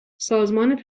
سازمان